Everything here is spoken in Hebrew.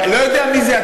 אנחנו, אני לא יודע "אתם".